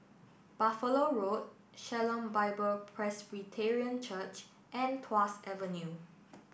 Buffalo Road Shalom Bible Presbyterian Church and Tuas Avenue